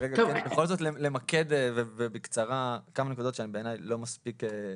בכל זאת למקד בקצרה כמה נקודות שבעיני לא מספיק.